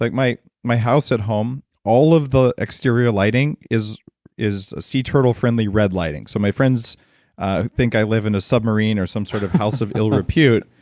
like my my house at home, all of the exterior lighting is is a sea turtle friendly red lighting. so my friends think i live in a submarine or some sort of house of ill repute,